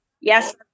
Yes